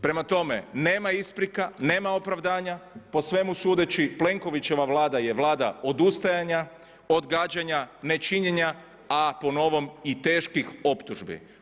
Prema tome nema isprika, nema opravdanja, po svemu sudeći Plenkovićeva Vlada je Vlada odustajanja, odgađanja, nečinjena a po novom i teških optužbi.